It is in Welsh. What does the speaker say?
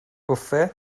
bwffe